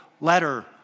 letter